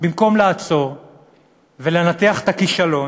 במקום לעצור ולנתח את הכישלון